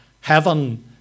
heaven